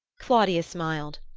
claudia smiled.